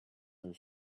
their